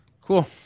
Cool